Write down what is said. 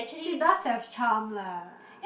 she does have charm lah